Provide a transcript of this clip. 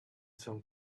some